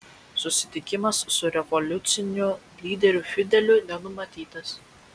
susitikimas su revoliuciniu lyderiu fideliu nenumatytas